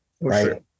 right